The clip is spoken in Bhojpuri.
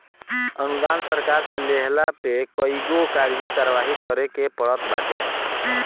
अनुदान सरकार से लेहला पे कईगो कागजी कारवाही करे के पड़त बाटे